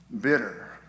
bitter